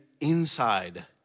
inside